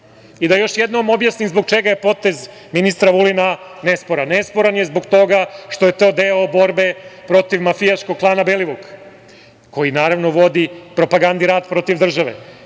još jednom objasnim zbog čega je potez ministra Vulina nesporan. Nesporan je zbog toga što je to deo borbe protiv mafijaškog klana Belivuk, koji naravno vodi propagandni rat protiv države,